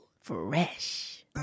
fresh